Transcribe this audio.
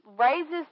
raises